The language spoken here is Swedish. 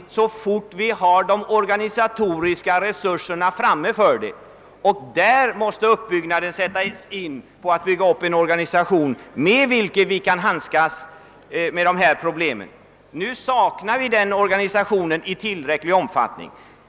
Vi måste först skapa de organisatoriska förutsättningarna för detta genom att bygga upp en organisation med vilken vi kan handskas med dessa problem. Nu saknar vi en sådan organisation av tillräcklig omfattning.